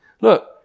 Look